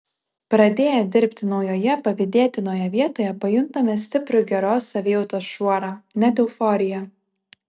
pradėję dirbti naujoje pavydėtinoje vietoje pajuntame stiprų geros savijautos šuorą net euforiją